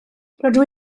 rydw